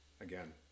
again